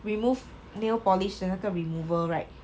remove nail polish 的那个 removal right